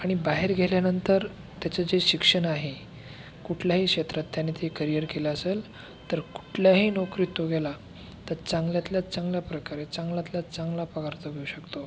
आणि बाहेर गेल्यानंतर त्याचं जे शिक्षण आहे कुठल्याही क्षेत्रात त्याने ते करिअर केलं असेल तर कुठल्याही नोकरीत तो गेला तर चांगल्यातल्या चांगल्या प्रकारे चांगल्यातला चांगला पगार तो घेऊ शकतो